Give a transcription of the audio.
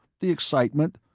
the excitement.